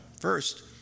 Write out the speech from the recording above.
first